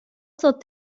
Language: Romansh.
suot